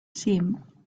seam